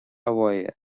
mháire